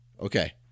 Okay